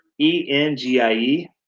E-N-G-I-E